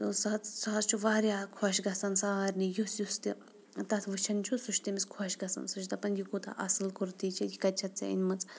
سُہ سُہ حظ چھُ واریاہ خۄش گژھان سارنی یُس یُس تہِ تَتھ وٕچھان چھُ سُہ چھُ تٔمِس خۄش گژھان سُہ چھِ دَپان یہِ کوٗتاہ اَصٕل کُرتی چھِ یہِ کَتہِ چھٮ۪تھ ژےٚ أنۍ مٕژ